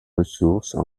ressources